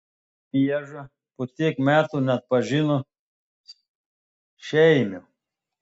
pieža po tiek metų neatpažino šeimio